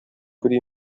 kuri